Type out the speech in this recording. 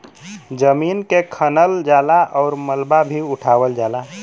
जमीन के खनल जाला आउर मलबा भी उठावल जाला